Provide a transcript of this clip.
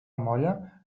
molla